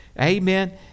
Amen